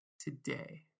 today